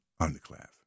underclass